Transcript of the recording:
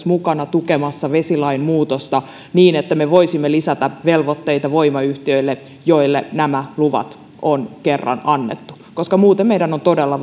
mukana tukemassa vesilain muutosta niin että me voisimme lisätä velvoitteita voimayhtiöille joille nämä luvat on kerran annettu koska muuten meidän on todella